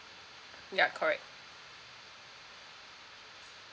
ya correct